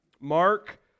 Mark